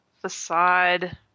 facade